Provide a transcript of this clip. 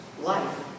life